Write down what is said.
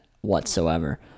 whatsoever